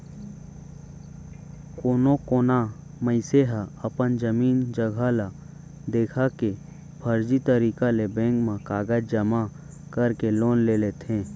कोनो कोना मनसे ह अपन जमीन जघा ल देखा के फरजी तरीका ले बेंक म कागज जमा करके लोन ले लेथे